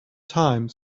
time